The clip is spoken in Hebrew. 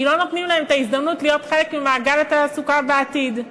כי לא נותנים להם את ההזדמנות להיות חלק ממעגל התעסוקה בעתיד.